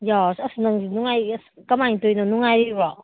ꯌꯥꯎꯔꯁꯦ ꯑꯁ ꯅꯪꯁꯨ ꯅꯨꯡꯉꯥꯏꯔꯦ ꯀꯃꯥꯏꯅ ꯇꯧꯔꯤꯅꯣ ꯅꯨꯡꯉꯥꯏꯔꯤꯕꯣ